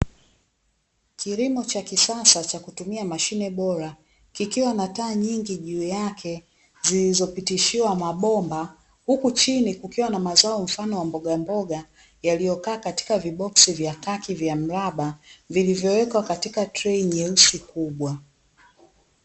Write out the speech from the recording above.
Kilimo cha kisasa cha kutumia mashine bora, kikiwa na taa nyingi juu yake zilizopitishiwa mabomba huku chini kukiwa na mazao mfano wa mbogamboga, yaliyokaa katika viboksi vya khaki vya mraba vilivyowekwa katika trei nyeusi kubwa.